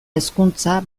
hezkuntza